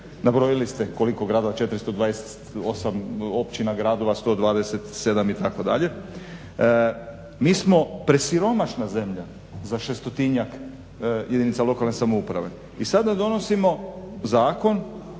nabrojili ste koliko gradova 428, općina, gradova, 127 itd. Mi smo presiromašna zemlja za 600-tinjak jedinica lokalne samouprave i sada donosimo Zakon